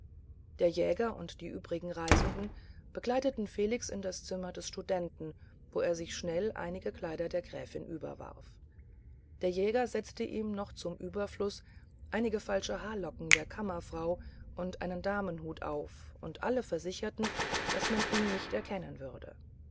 der jäger und die übrigen reisenden begleiteten felix in das zimmer des studenten wo er sich schnell einige kleider der gräfin überwarf der jäger setzte ihm noch zum überfluß einige falsche haarlocken der kammerfrau und einen damenhut auf und alle versicherten daß man ihn nicht erkennen würde